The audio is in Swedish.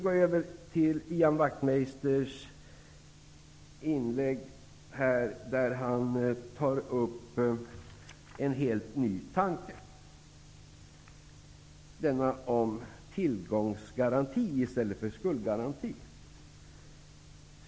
I sitt inlägg tog Ian Wachtmeister upp en helt ny tanke -- tillgångsgaranti i stället för skuldgaranti.